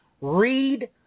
read